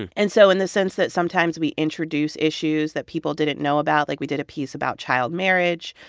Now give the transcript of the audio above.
and and so in the sense that sometimes we introduce issues that people didn't know about like we did a piece about child marriage,